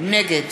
נגד